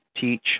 teach